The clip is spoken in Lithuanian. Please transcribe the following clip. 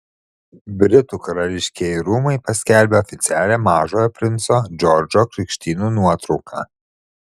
britų karališkieji rūmai paskelbė oficialią mažojo princo džordžo krikštynų nuotrauką